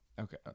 okay